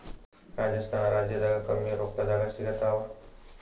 ರಾಜಸ್ಥಾನ ರಾಜ್ಯದಾಗ ಕಮ್ಮಿ ರೊಕ್ಕದಾಗ ಸಿಗತ್ತಾವಾ?